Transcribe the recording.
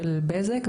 של בזק,